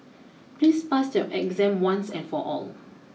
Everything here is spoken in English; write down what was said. please pass your exam once and for all